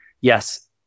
yes